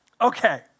Okay